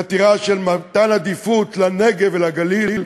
חתירה של מתן עדיפות לנגב ולגליל,